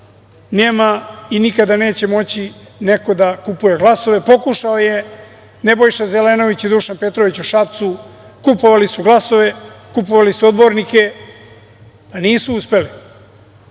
nema i nikada neće moći neko da kupuje glasove. Pokušao je Nebojša Zelenović i Dušan Petrović u Šapcu, kupovali su glasove, kupovali su odbornike, a nisu uspeli,